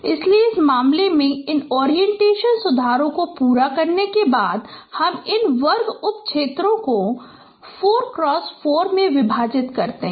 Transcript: इसलिए इस मामले में इन ओरिएंटेशन सुधारों को पूरा करने के बाद हम इन वर्ग उप क्षेत्रों को 4x4 में विभाजित करते हैं